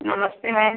नमस्ते मैम